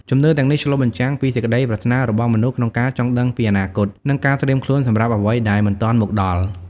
ជំនឿទាំងនេះឆ្លុះបញ្ចាំងពីសេចក្តីប្រាថ្នារបស់មនុស្សក្នុងការចង់ដឹងពីអនាគត និងការត្រៀមខ្លួនសម្រាប់អ្វីដែលមិនទាន់មកដល់។